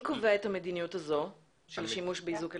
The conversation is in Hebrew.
קובע את המדיניות הזאת של שימוש באיזוק אלקטרוני?